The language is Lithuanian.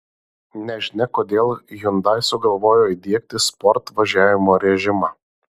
nežinia kodėl hyundai sugalvojo įdiegti sport važiavimo režimą